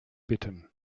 bitten